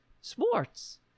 sports